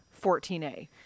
14A